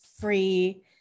free